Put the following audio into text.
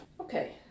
Okay